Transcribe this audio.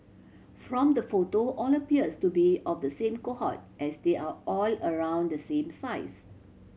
from the photo all appears to be of the same cohort as they are all around the same size